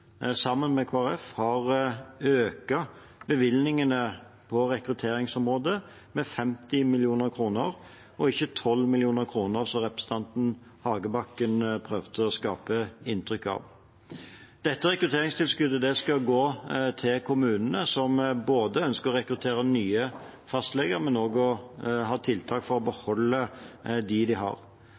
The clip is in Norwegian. sammen med Kristelig Folkeparti har økt bevilgningene på rekrutteringsområdet med 50 mill. kr og ikke 12 mill. kr, som representanten Hagebakken prøvde å skape inntrykk av. Dette rekrutteringstilskuddet skal gå til kommunene som ønsker å rekruttere nye fastleger, men også til tiltak for å beholde dem de har.